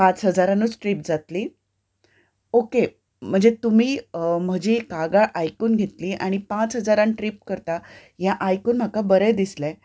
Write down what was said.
पांच हजारानूच ट्रीप जातली ओके म्हणजे तुमी म्हजी कागाळ आयकून घेतली आनी पांच हजारान ट्रीप करता हें आयकून म्हाका बरें दिसलें